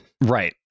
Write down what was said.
Right